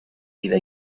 vida